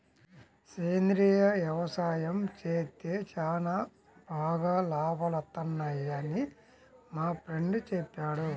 సేంద్రియ యవసాయం చేత్తే చానా బాగా లాభాలొత్తన్నయ్యని మా ఫ్రెండు చెప్పాడు